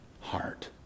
heart